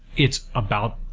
it's about,